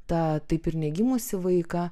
tą taip ir negimusį vaiką